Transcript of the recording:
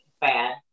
bad